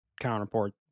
counterpart